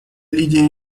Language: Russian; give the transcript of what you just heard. лидия